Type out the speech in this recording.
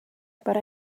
but